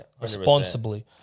responsibly